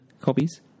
copies